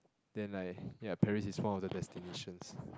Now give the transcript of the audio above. then like ya Paris is one of the destinations